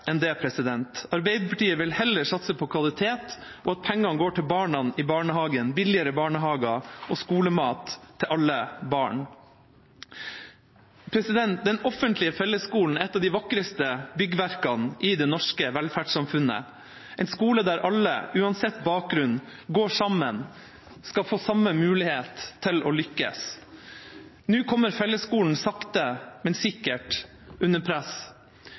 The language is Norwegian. enn det. Arbeiderpartiet vil heller satse på kvalitet, og at pengene går til barna i barnehagen, billigere barnehager og skolemat til alle barn. Den offentlige fellesskolen er et av de vakreste byggverkene i det norske velferdssamfunnet. Det er en skole der alle, uansett bakgrunn, går sammen og skal få samme mulighet til å lykkes. Nå kommer fellesskolen sakte, men sikkert under press.